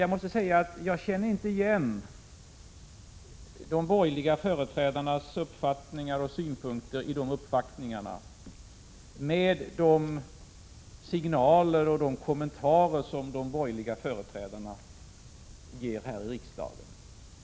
Jag måste säga att jag inte kände igen de borgerliga företrädarnas uppfattningar och synpunkter i de uppvaktningarna när jag jämförde med de signaler och kommentarer som de borgerliga företrädarna ger här i riksdagen.